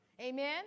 amen